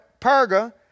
Perga